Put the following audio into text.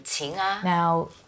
Now